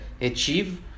achieve